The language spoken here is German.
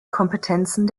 kompetenzen